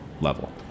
level